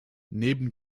neben